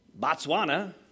Botswana